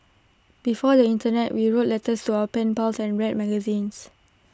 before the Internet we wrote letters to our pen pals and read magazines